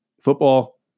football